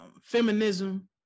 feminism